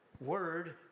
word